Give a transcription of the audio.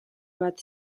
bat